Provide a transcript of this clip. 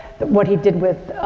what he did with,